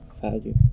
value